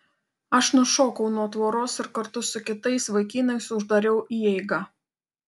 aš nušokau nuo tvoros ir kartu su kitais vaikinais uždariau įeigą